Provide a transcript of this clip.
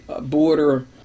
border